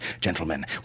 gentlemen